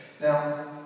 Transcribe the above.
Now